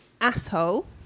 Asshole